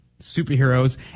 superheroes